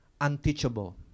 unteachable